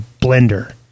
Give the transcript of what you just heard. blender